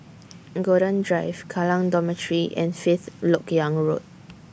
Golden Drive Kallang Dormitory and Fifth Lok Yang Road